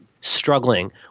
struggling